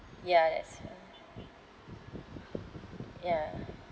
ya that's why ya